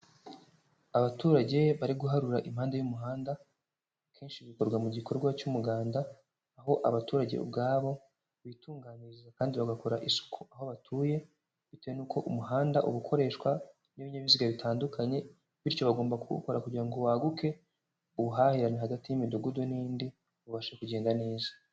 Abaturage bari guharura impande y'umuhanda, akenshi bikorwa mu gikorwa cy'umuganda, aho abaturage ubwabo bitunganyiriza kandi bagakora isuku aho batuye, bitewe n'uko umuhanda uba ukoreshwa n'ibinyabiziga bitandukanye, bityo bagomba kuwukora kugira ngo waguke, ubuhahirane hagati y'imidugudu n'indi bubashe kugenda neza.